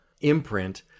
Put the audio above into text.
imprint